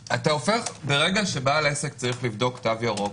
ברגע שבעל עסק צריך לבדוק תו ירוק,